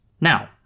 Now